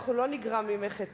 אנחנו לא נגרע ממך את